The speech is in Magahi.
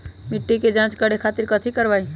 मिट्टी के जाँच करे खातिर कैथी करवाई?